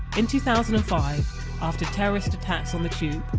in two thousand and five after terrorist attacks on the tube,